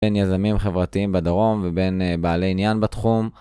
בין יזמים חברתיים בדרום, ובין בעלי עניין בתחום.